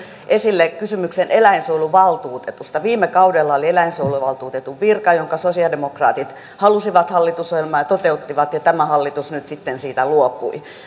esille kysymyksen eläinsuojeluvaltuutetusta viime kaudella oli eläinsuojeluvaltuutetun virka jonka sosiaalidemokraatit halusivat hallitusohjelmaan ja toteuttivat ja tämä hallitus nyt sitten siitä luopui